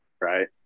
right